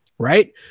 Right